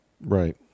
Right